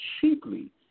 cheaply